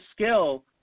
skill